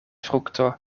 frukto